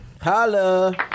Holla